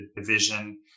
division